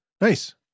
Nice